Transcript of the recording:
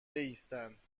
بایستند